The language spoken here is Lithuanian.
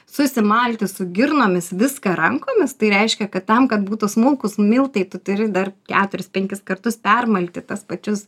susimalti su girnomis viską rankomis tai reiškia kad tam kad būtų smulkūs miltai tu turi dar keturis penkis kartus permalti tuos pačius